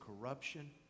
corruption